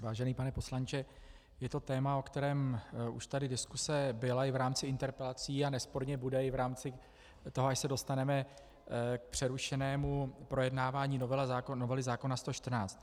Vážený pane poslanče, je to téma, o kterém už tady diskuse byla i v rámci interpelací a nesporně bude i v rámci toho, až se dostaneme k přerušenému projednávání novely zákona 114.